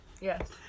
yes